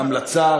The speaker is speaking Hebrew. המלצה?